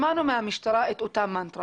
שמענו מהמשטרה את אותה מנטרה